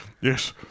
Yes